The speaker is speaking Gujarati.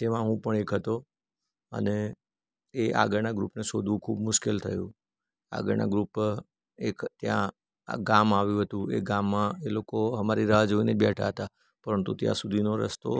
તેમાં હું પણ એક હતો અને એ આગળના ગ્રુપને શોધવું ખૂબ મુશ્કેલ થયું આગળના ગ્રુપ એક ત્યાં ગામ આવ્યું હતું એક ગામમાં એ લોકો અમારી રાહ જોઈને બેઠા હતા પરંતુ ત્યાં સુધીનો રસ્તો